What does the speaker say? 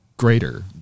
greater